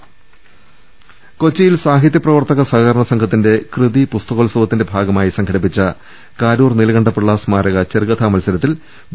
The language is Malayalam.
രുട്ടിട്ട്ട്ട്ട്ട്ട്ട കൊച്ചിയിൽ സാഹിത്യ പ്രവർത്തക സഹകരണ സംഘത്തിന്റെ കൃതി പുസ്തകോത്സവത്തിന്റെ ഭാഗമായി സംഘടിപ്പിച്ച കാരൂർ നീലകണ്ഠപിള്ള സ്മാരക ചെറുകഥാ മത്സരത്തിൽ വി